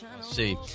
See